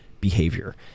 behavior